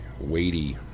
weighty